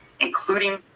including